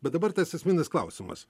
bet dabar tas esminis klausimas